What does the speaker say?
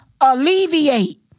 alleviate